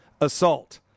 assault